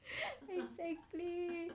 exactly